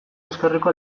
ezkerreko